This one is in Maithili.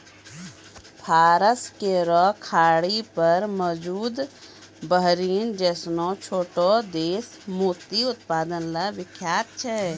फारस केरो खाड़ी पर मौजूद बहरीन जैसनो छोटो देश मोती उत्पादन ल विख्यात छै